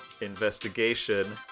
investigation